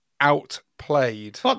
out-played